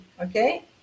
okay